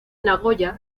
nagoya